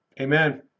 Amen